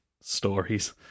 stories